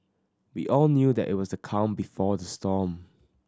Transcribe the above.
we all knew that it was the calm before the storm